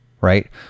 right